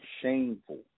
shameful